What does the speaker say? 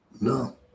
No